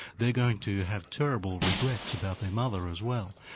they're going to have terrible regrets about their mother as well,